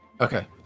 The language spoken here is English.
Okay